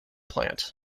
plant